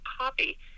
copy